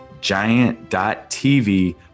giant.tv